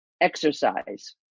exercise